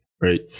right